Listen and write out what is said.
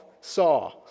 saw